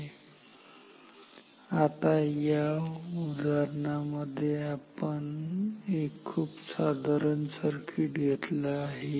आणि आता या उदाहरणांमध्ये आपण एक खुप साधारण सर्किट घेतलं आहे